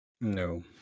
No